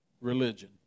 religion